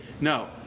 no